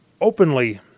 openly